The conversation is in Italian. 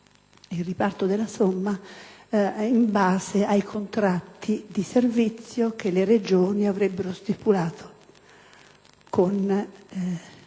al riparto della somma in base ai contratti di servizio che le Regioni avrebbero stipulato con lo